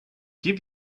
give